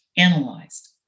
analyzed